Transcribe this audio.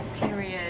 period